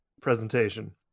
presentation